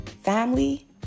family